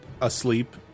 asleep